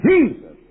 Jesus